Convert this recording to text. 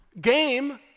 game